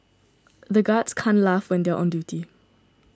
the guards can't laugh when they are on duty